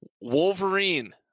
Wolverine